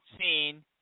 seen